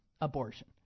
abortion